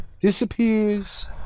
Disappears